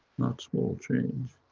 not small change,